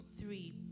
Three